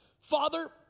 Father